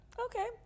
okay